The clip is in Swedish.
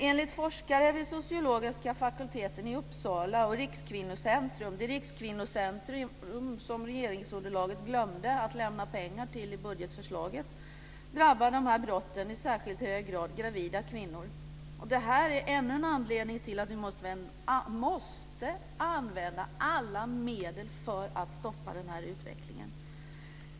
Enligt forskare vid sociologiska fakulteten i Uppsala och Rikskvinnocentrum, samma Rikskvinnocentrum som regeringsunderlaget glömde att lämna pengar till i budgetförslaget, drabbar de här brotten i särskilt hög grad gravida kvinnor. Det är ännu en anledning till att vi måste använda alla medel för att stoppa den här utvecklingen.